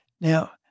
Now